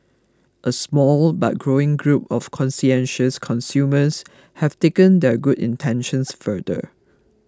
a small but growing group of conscientious consumers have taken their good intentions further